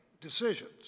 decisions